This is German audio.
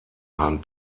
hand